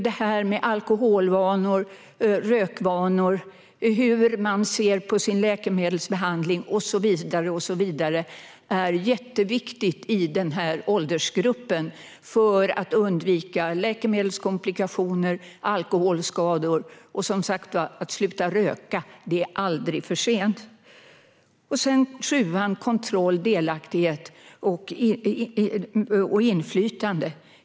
Det är jätteviktigt att titta på alkoholvanor, rökvanor, läkemedelsbehandling och så vidare i denna åldersgrupp för att undvika läkemedelskomplikationer, alkoholskador med mera. Och det är som sagt aldrig för sent att sluta röka. Det sjunde målområdet är Kontroll, delaktighet och inflytande.